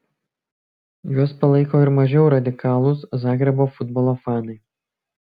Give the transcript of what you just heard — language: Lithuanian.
juos palaiko ir mažiau radikalūs zagrebo futbolo fanai